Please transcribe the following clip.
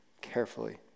carefully